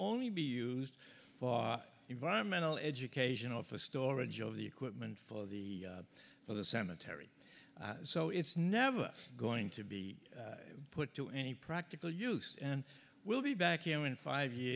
only be used for environmental education or for storage of the equipment for the for the cemetery so it's never going to be put to any practical use and we'll be back here in five